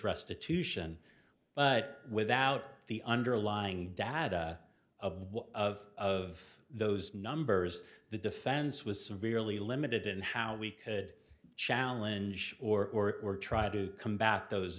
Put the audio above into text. restitution but without the underlying data of of of those numbers the defense was severely limited in how we could challenge or or try to combat those